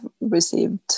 received